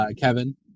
Kevin